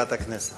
מזכירת הכנסת